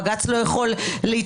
בג"ץ לא יכול להתייחס,